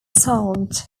solved